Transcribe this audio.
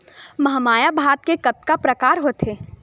महमाया भात के कतका प्रकार होथे?